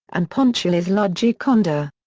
and ponchielli's la gioconda.